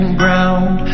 ground